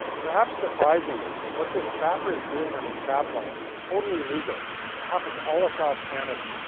perhaps surprisingly, what this trapper is doing on his trapline is totally legal and happens all across canada,